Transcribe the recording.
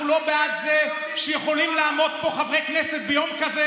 אנחנו לא בעד זה שיכולים לעמוד פה חברי כנסת ביום כזה